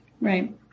right